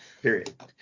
Period